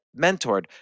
mentored